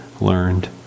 learned